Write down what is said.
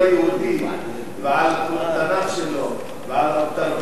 היהודי ועל התנ"ך שלו ועל התרבות שלו,